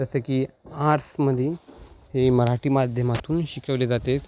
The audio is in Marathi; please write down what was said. जसं की आर्ट्समध्ये हे मराठी माध्यमातून शिकवले जाते